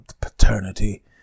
paternity